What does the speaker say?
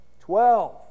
Twelve